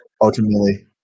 ultimately